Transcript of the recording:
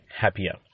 happier